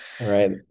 Right